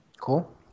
cool